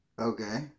okay